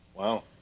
Wow